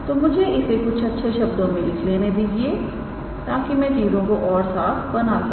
तो मुझे इसे कुछ शब्दों में लिख लेने दीजिए ताकि मैं चीजों को और साफ बना सके